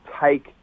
take